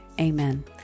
amen